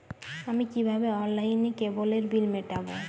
আমি কিভাবে অনলাইনে কেবলের বিল মেটাবো?